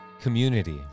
community